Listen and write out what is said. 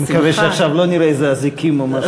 אני מקווה שעכשיו לא נראה איזה אזיקים או משהו כזה.